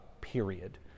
period